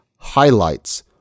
highlights